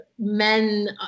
men